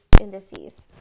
indices